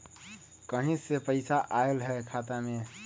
कहीं से पैसा आएल हैं खाता में?